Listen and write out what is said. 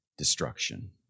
destruction